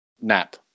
nap